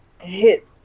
hit